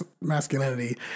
masculinity